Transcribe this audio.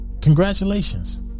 Congratulations